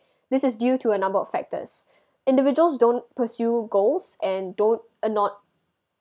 this is due to a numbers of factors individuals don't pursue goals and don't uh not